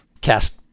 cast